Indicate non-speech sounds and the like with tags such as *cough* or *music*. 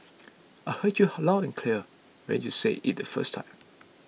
*noise* I heard you loud and clear when you said it the first time